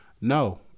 no